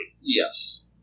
Yes